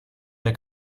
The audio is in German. der